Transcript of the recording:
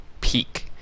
peak